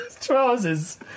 trousers